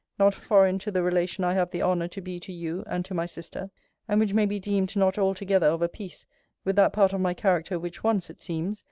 not foreign to the relation i have the honour to be to you, and to my sister and which may be deemed not altogether of a piece with that part of my character which once, it seems,